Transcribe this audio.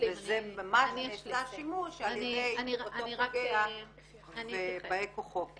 ובזה נעשה שימוש על ידי הפוגע ובאי כוחו.